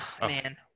man